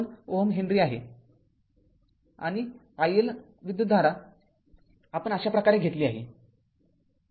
२ Ω आहे आणि i L विद्युतधारा आपण अशा प्रकारे घेतली आहे